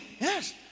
Yes